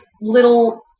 little